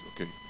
okay